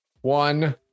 One